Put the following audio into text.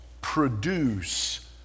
produce